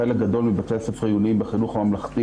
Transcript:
חלק גדול מבתי הספר העיוניים בחינוך הממלכתי